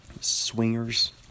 Swingers